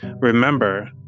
Remember